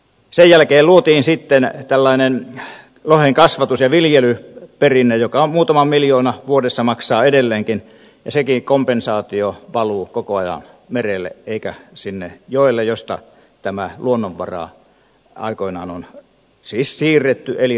sen jälkeen luotiin sitten tällainen lohen kasvatus ja viljelyperinne joka muutaman miljoonan vuodessa maksaa edelleenkin ja sekin kompensaatio valuu koko ajan merelle eikä sinne joelle josta tämä luonnonvara aikoinaan on siis siirretty eli riistetty merelle